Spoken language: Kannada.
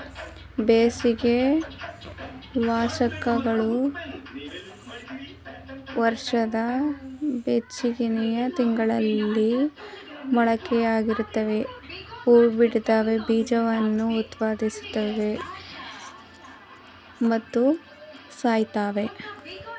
ಬೇಸಿಗೆ ವಾರ್ಷಿಕಗಳು ವರ್ಷದ ಬೆಚ್ಚಗಿನ ತಿಂಗಳಲ್ಲಿ ಮೊಳಕೆಯೊಡಿತವೆ ಹೂಬಿಡ್ತವೆ ಬೀಜವನ್ನು ಉತ್ಪಾದಿಸುತ್ವೆ ಮತ್ತು ಸಾಯ್ತವೆ